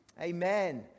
Amen